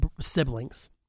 siblings